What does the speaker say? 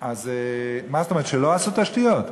מה זאת אומרת, שלא עשו תשתיות?